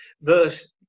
Verse